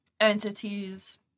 entities